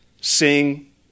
Sing